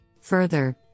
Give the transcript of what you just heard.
Further